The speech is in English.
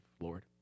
Lord